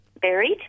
buried